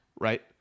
right